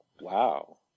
Wow